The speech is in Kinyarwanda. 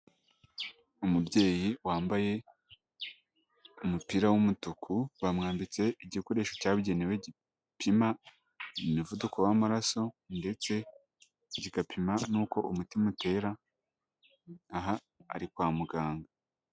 Umubyeyi wambaye umupira w'umutuku, bamwambitse igikoresho cyagenewe gipima umuvuduko w'amaraso ndetse kigapima n'uko umutima utera, aha ari kwa muganga.